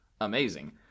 amazing